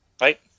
Right